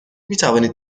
میتوانید